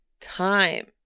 time